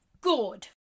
good